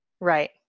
Right